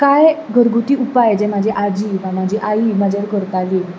कांय घरगूती उपाय जे म्हाजी आजी वा म्हाजी आई म्हजेर करताली